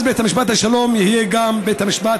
אז בית משפט השלום יהיה גם בית המשפט